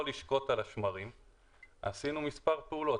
כדי לא לשקוט על השמרים עשינו מספר פעולות,